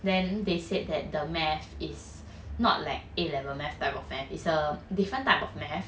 then they said that thE math is not like A level math type of math is a different type of math